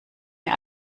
mir